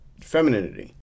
femininity